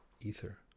Ether